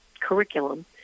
curriculum